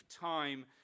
time